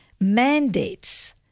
Mandates